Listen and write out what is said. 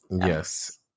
Yes